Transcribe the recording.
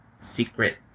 Secret